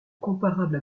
comparable